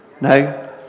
no